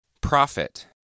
Profit